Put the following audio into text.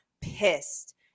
pissed